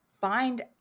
find